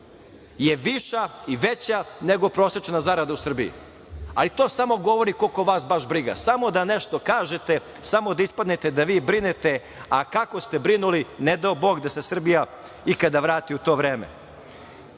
je viša i veća nego prosečna zarada u Srbiji, ali to samo govori koliko vas baš briga. Samo da nešto kažete, samo da ispadne da vi brinete, a kako ste brinuli, ne dao Bog da se Srbija ikada vrati u to vreme. Kažete